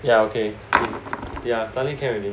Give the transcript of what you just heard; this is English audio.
ya okay ya suddenly can already